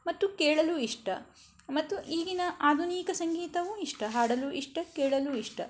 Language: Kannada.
ಮತ್ತು ಕೇಳಲು ಇಷ್ಟ ಮತ್ತು ಈಗಿನ ಆಧುನಿಕ ಸಂಗೀತವು ಇಷ್ಟ ಹಾಡಲು ಇಷ್ಟ ಕೇಳಲು ಇಷ್ಟ